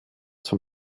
zum